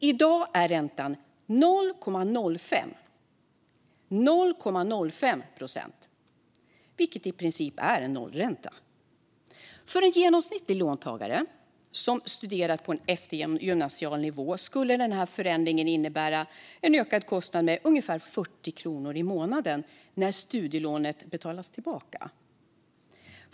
I dag är räntan 0,05 procent, vilket i princip är en nollränta. För en genomsnittlig låntagare som har studerat på en eftergymnasial nivå skulle denna förändring innebära en ökad kostnad på cirka 40 kronor i månaden när studielånet betalas tillbaka.